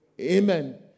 Amen